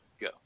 Go